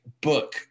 book